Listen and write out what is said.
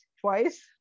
twice